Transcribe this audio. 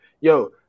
yo